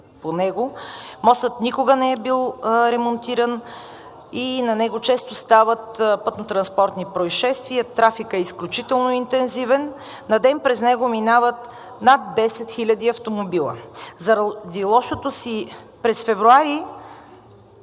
по него. Мостът никога не е бил ремонтиран и на него често стават пътнотранспортни произшествия. Трафикът е изключително интензивен. На ден през него минават над 10 000 автомобила. През 2024 г., да уточня, през февруари,